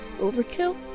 overkill